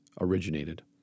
originated